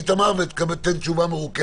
איתמר, ותיתן תשובה מרוכזת.